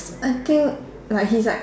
I think like he's like